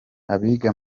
abiga